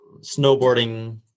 Snowboarding